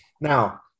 Now